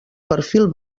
perfil